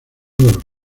los